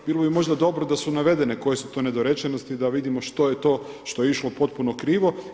Bilo bi možda dobro da su navedene koje su to nedorečenosti, da vidimo što je to što je išlo potpuno krivo.